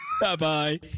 Bye-bye